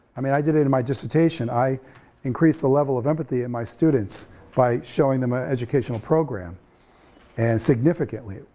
i mean i did it in my dissertation, i increased the level of empathy in my students by showing them a educational program and significantly,